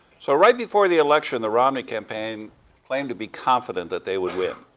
so right before the election, the romney campaign claimed to be confident that they would win.